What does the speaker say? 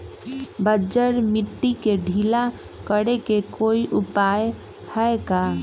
बंजर मिट्टी के ढीला करेके कोई उपाय है का?